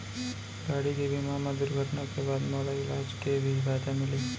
गाड़ी के बीमा मा दुर्घटना के बाद मोला इलाज के भी फायदा मिलही का?